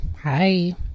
Hi